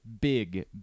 big